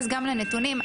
לנתונים.